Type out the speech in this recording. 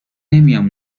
نمیام